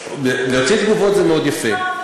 להוציא תגובות זה מאוד יפה.